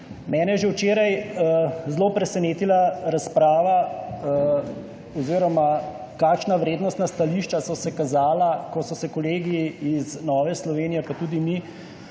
Mene je že včeraj zelo presenetila razprava oziroma kakšna vrednostna stališča so se kazala, ko smo se kolegi iz Nove Slovenije pa tudi mi